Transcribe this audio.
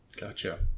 gotcha